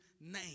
name